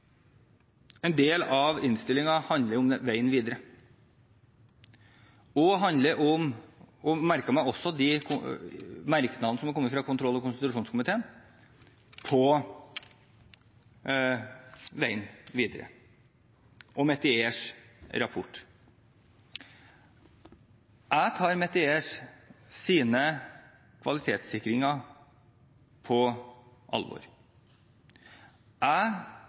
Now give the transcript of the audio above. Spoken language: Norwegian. en del av innstillingen handler om veien videre. Jeg merker meg også de merknadene som er kommet fra kontroll- og konstitusjonskomiteen om veien videre, og Metiers rapport. Jeg tar Metiers kvalitetssikringer på alvor. Jeg